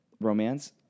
romance